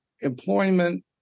employment